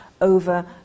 over